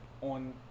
on